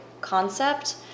concept